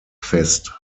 fest